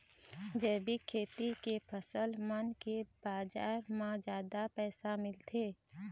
जैविक खेती के फसल मन के बाजार म जादा पैसा मिलथे